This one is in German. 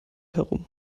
herum